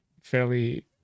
fairly